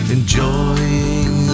Enjoying